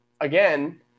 again